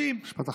משפט אחרון.